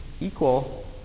equal